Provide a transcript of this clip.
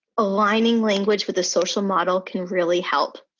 aligning language with a social model can really help.